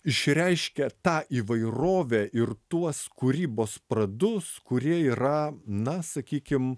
išreiškia tą įvairovę ir tuos kūrybos pradus kurie yra na sakykim